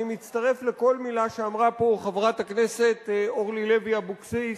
אני מצטרף לכל מלה שאמרה פה חברת הכנסת אורלי לוי אבקסיס.